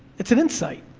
it's an insight,